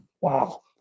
Wow